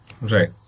Right